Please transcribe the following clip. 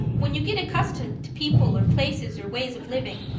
when you get accustomed to people or places or ways of living,